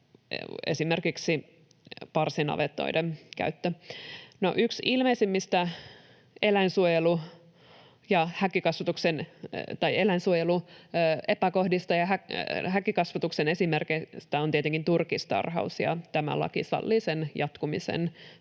esimerkiksi parsinavetoiden käyttö. Yksi ilmeisimmistä eläinsuojeluepäkohdista ja häkkikasvatuksen esimerkeistä on tietenkin turkistarhaus, ja tämä laki sallii sen jatkumisen